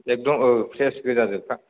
एकदम औ फ्रेस गोजा जोबखा